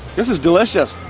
this is delicious.